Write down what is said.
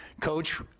Coach